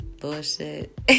bullshit